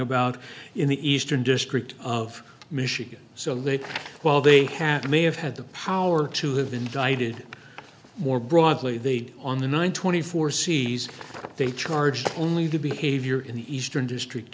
about in the eastern district of michigan so late while they have may have had the power to have indicted more broadly they'd on the nine twenty four cs they charged only the behavior in the eastern district